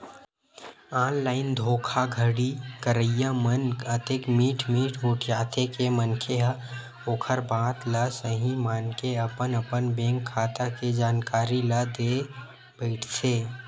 online धोखाघड़ी करइया मन अतेक मीठ मीठ गोठियाथे के मनखे ह ओखर बात ल सहीं मानके अपन अपन बेंक खाता के जानकारी ल देय बइठथे